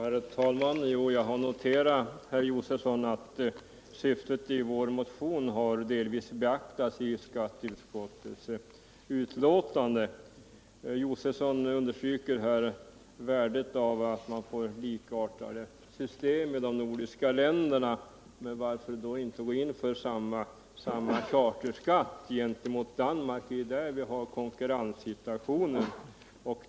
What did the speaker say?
Herr talman! Jag har noterat, herr Josefson, att syftet i vår motion delvis har beaktats i skatteutskottets betänkande. Herr Josefson understryker värdet av att man får likartade system i de nordiska länderna. Men varför då inte gå in för samma charterskatt gentemot Danmark? Det är ju där vi har konkurrenssituationen.